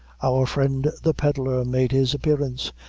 our friend the pedlar made his appearance,